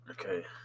Okay